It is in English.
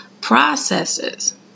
processes